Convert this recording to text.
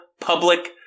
public